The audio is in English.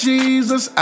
Jesus